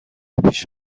پیش